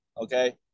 okay